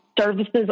services